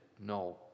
no